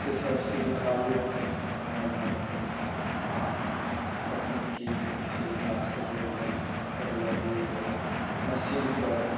से सब सुविधा यऽ हमर गाँवमे आओर तकनीकी सुविधा सेहो यऽ पहिले जे यऽ मशीनपर